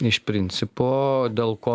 iš principo dėl ko